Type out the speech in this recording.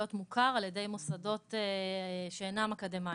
מוכר על ידי מוסדות שאינם אקדמיים,